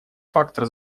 фактор